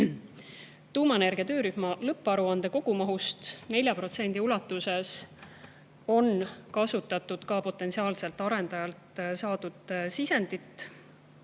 Tuumaenergia töörühma lõpparuande kogumahust 4% ulatuses on kasutatud ka potentsiaalselt arendajalt saadud sisendit,